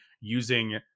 using